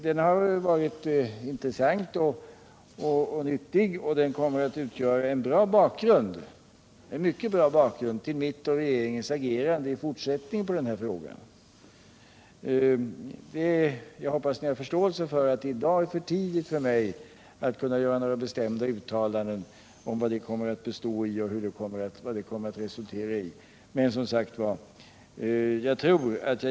Den har varit nyttig och kommer att utgöra en mycket bra bakgrund till mitt och regeringens agerande i den här frågan i fortsättningen. Men jag hoppas ni har förståelse för att det i dag är för tidigt för mig att göra några bestämda uttalanden om vad det kommer att resultera i.